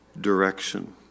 direction